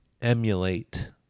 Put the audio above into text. emulate